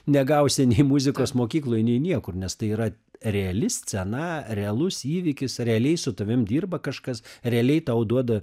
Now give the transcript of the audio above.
negausi nei muzikos mokykloj nei niekur nes tai yra reali scena realus įvykis realiai su tavim dirba kažkas realiai tau duoda